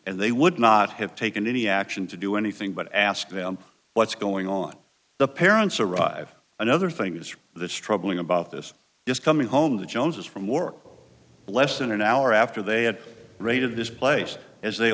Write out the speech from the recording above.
and they would not have taken any action to do anything but ask them what's going on the parents arrive another thing is this troubling about this just coming home the joneses from work less than an hour after they had raided this place as they